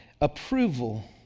approval